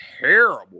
terrible